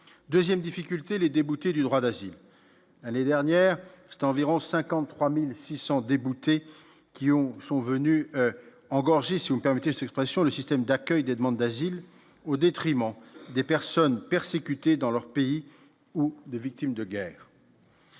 2ème difficulté les déboutés du droit d'asile année dernière c'est environ 53600 déboutés qui nous sont venus engorger si vous permettez, suppression, le système d'accueil des demandes d'asile au détriment des personnes persécutées dans leur pays ou des victimes de guerre.